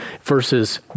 versus